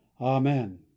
Amen